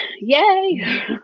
Yay